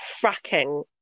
cracking